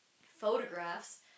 photographs